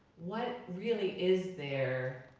what really is there?